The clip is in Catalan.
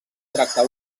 tracta